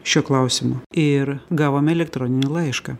šiuo klausimu ir gavom elektroninį laišką